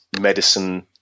medicine –